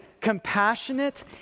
compassionate